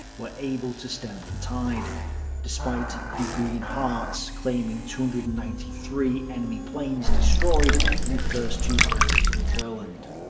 were able to stem the tide despite the green hearts claiming two hundred and ninety three enemy planes destroyed in the first two battles of courland.